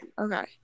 Okay